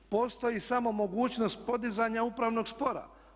Postoji samo mogućnost podizanja upravnog spora.